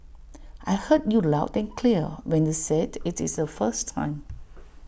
I heard you loud and clear when you said IT is A first time